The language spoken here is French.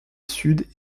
sud